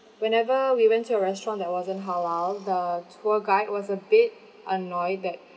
whenever we went to a restaurant that wasn't halal the tour guide was a bit annoyed that